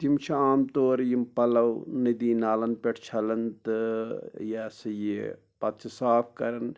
تِم چھِ عام طور یِم پَلو نٔدی نالَن پٮ۪ٹھ چھلان تہٕ یہ ہسا یہِ پَتہٕ چھِ صاف کران